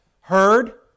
heard